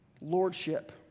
Lordship